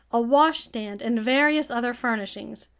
a washstand, and various other furnishings.